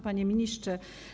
Panie Ministrze!